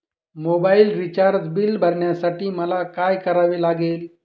Mobile recharge bill भरण्यासाठी मला काय करावे लागेल?